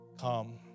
come